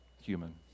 human